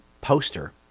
poster